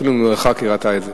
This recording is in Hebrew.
אפילו ממרחק היא ראתה את זה.